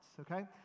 okay